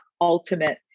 ultimate